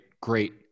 great